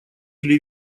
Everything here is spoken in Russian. или